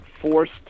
Forced